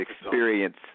experience